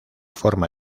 forma